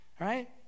right